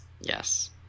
Yes